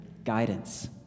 guidance